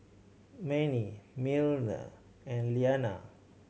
Manie Miller and Iyanna